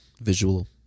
visual